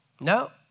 No